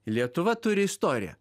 lietuva turi istoriją